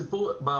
מבחינתנו,